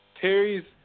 Terry's